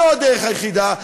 זו הדרך היחידה,